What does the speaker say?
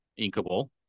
inkable